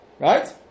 Right